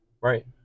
Right